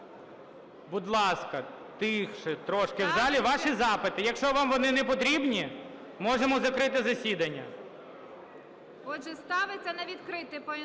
будь ласка, тихше трошки в залі. Ваші запити. Якщо вам вони не потрібні, можемо закрити засідання.